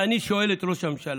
ואני שואל את ראש הממשלה: